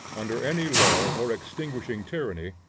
under any law or extinguishing tyranny,